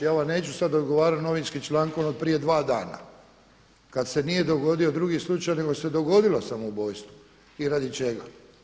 Ja vam neću sada odgovarati novinskim člankom od prije dva dana, kad se nije dogodio drugi slučaj nego se dogodilo samoubojstvo i radi čega.